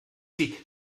sie